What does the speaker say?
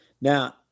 Now